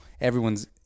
everyone's